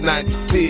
96